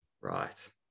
Right